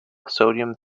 sodium